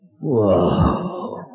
Whoa